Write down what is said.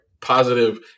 positive